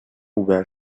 where